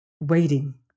waiting